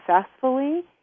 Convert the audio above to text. successfully